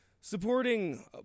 supporting